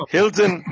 Hilton